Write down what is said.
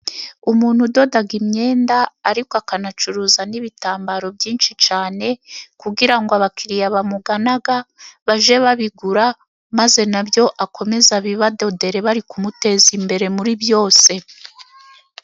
Umuntu udoda imyenda ariko akanacuruza n'ibitambaro byinshi cyane kugira ngo abakiriya bamugana baje babigura maze nabyo akomeze abibadodere bari kumuteza imbere muri byose.